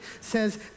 says